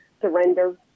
surrender